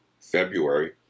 february